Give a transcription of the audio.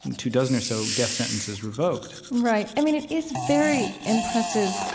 two dozen or so, death sentences revoked right. i mean, it is very impressive.